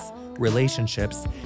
relationships